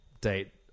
date